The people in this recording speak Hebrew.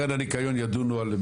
וקרן הניקיון ידונו על זה,